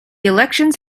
elections